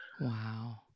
Wow